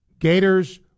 Gators